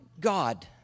God